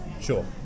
Sure